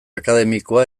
akademikoa